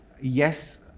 yes